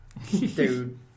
Dude